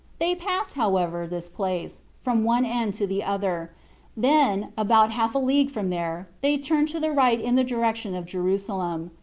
they passed, however, this place from one end to the other then, about half a league from there, they turned to the right in the direction of jerusalem,